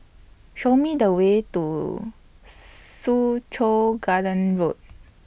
Show Me The Way to Soo Chow Garden Road